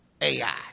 AI